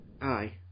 Aye